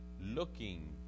looking